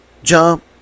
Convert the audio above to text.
Jump